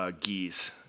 geese